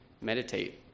meditate